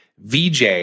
VJ